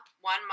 one